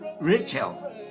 Rachel